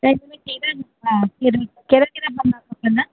ऐं हिन में कहिड़ा कहिड़ा कहिड़ा कहिड़ा पना खपंदा